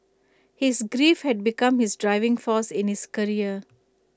his grief had become his driving force in his career